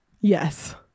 yes